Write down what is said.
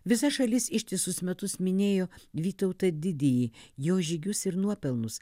visa šalis ištisus metus minėjo vytautą didįjį jo žygius ir nuopelnus